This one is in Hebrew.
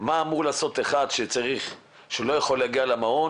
מה אמור לעשות אחד שלא הגיע למעון?